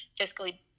fiscally